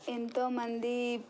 ఎంతో మంది